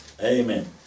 Amen